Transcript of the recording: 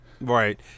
Right